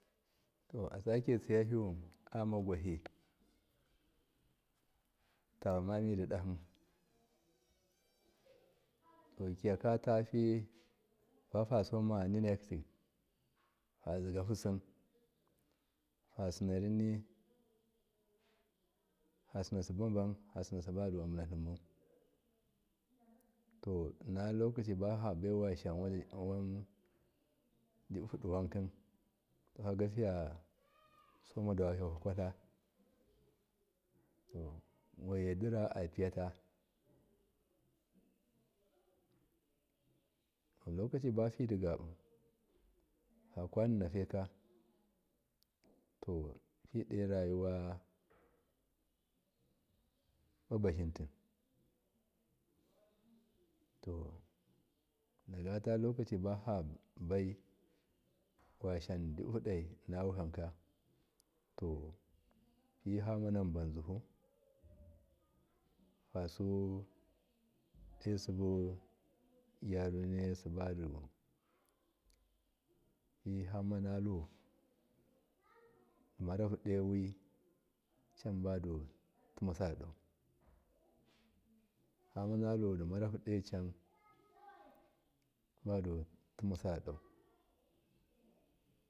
To asake tsiyahiwun amma gwahi tamma, mami didahi kyiyakafu fiba suma ninati fazigahusim fasinorinni fasina hambabam fasina hambadu abunatlemmau to inna lokaci bafabai washasham wan dibuhudi wanki kagato fiyataradawahi yah u kwatla waiyidira apiyata to lokaci bafi digabu fakwaninafaika to fido rayuwa bubazitil to dato lokaci bahafabai washasham sobihu dai inna wihamka to fifamanan banzihu fasude subu gyaruniyai sibadu fi famalu timarahuwi can badu tima sadadau, famanaludimarahudo cam badutuma sadadau.